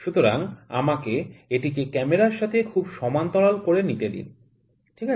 সুতরাং আমাকে এটিকে ক্যামেরার সাথে খুব সমান্তরাল করে নিতে দিন ঠিক আছে